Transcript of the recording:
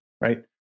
right